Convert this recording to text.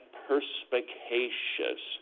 perspicacious